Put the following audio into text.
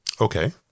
Okay